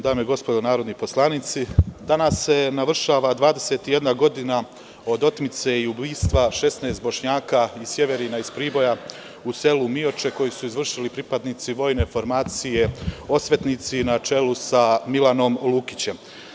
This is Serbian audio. Dame i gospodo narodni poslanici, danas se navršava 21 godina od otmice i ubistva 16 Bošnjaka iz Sjeverina iz Priboja u selu Mioče koju su izvršili pripadnici vojne formacije „Osvetnici“ na čelu sa Milanom Lukićem.